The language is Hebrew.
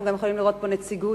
אנחנו גם יכולים לראות פה נציגות,